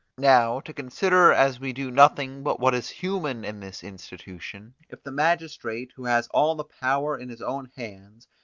now, to consider as we do nothing but what is human in this institution, if the magistrate, who has all the power in his own hands,